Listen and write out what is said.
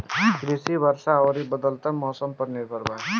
कृषि वर्षा आउर बदलत मौसम पर निर्भर बा